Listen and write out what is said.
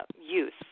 use